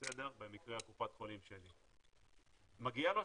איזה שירותים מגיעים לו.